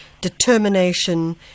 determination